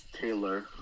Taylor